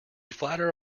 flatter